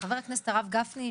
חבר הכנסת הרב גפני,